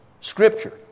Scripture